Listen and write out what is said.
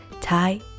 Thai